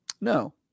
no